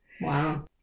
Wow